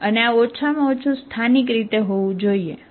અને આ ઓછામાં ઓછું સ્થાનિક રીતે હોવું જોઈએ બરાબર